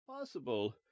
Possible